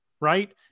right